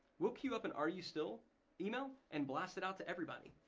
we'll queue up an are you still email and blast it out to everybody.